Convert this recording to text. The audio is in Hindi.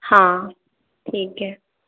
हाँ ठीक है